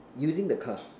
using the car